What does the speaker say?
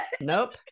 Nope